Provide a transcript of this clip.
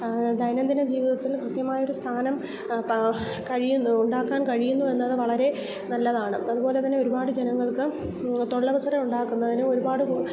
ദൈനം ദിന ജീവിതത്തിൽ കൃത്യമായൊരു സ്ഥാനം കഴിയുന്നു ഉണ്ടാക്കാൻ കഴിയുന്നു എന്നത് വളരെ നല്ലതാണ് അതുപോലെ തന്നെ ഒരുപാട് ജനങ്ങൾക്ക് തൊഴിലവസരം ഉണ്ടാക്കുന്നതിന് ഒരുപാട്